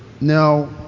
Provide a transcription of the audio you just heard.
now